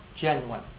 genuine